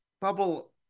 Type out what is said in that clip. bubble